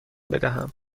بدهم